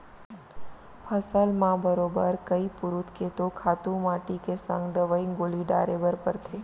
फसल म बरोबर कइ पुरूत के तो खातू माटी के संग दवई गोली डारे बर परथे